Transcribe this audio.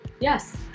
Yes